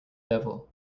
devil